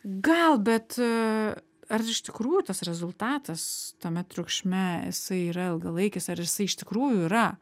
gal bet ar iš tikrųjų tas rezultatas tame triukšme jisai yra ilgalaikis ar jisai iš tikrųjų yra